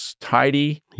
tidy